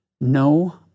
No